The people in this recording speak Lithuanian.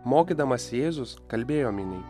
mokydamas jėzus kalbėjo miniai